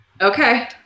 Okay